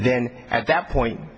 then at that point